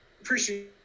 appreciate